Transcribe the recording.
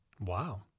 wow